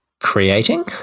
Creating